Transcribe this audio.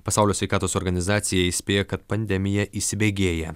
pasaulio sveikatos organizacija įspėja kad pandemija įsibėgėja